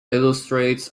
illustrates